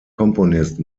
komponist